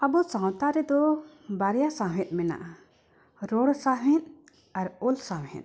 ᱟᱵᱚ ᱥᱟᱶᱛᱟ ᱨᱮᱫᱚ ᱵᱟᱨᱭᱟ ᱥᱟᱶᱦᱮᱫ ᱢᱮᱱᱟᱜᱼᱟ ᱨᱚᱲ ᱥᱟᱶᱦᱮᱫ ᱟᱨ ᱚᱞ ᱥᱟᱶᱦᱮᱫ